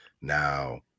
Now